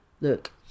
look